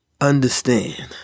understand